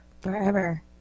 Forever